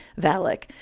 Valak